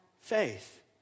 faith